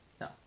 No